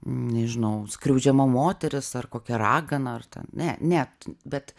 nežinau skriaudžiama moteris ar kokia ragana ar ten ne ne bet